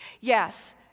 Yes